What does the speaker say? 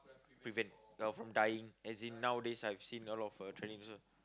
prevent uh from dying as in nowadays I've seen a lot of uh tradition~